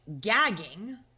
gagging